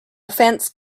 fence